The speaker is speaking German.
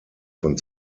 von